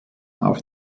auf